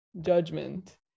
judgment